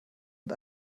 und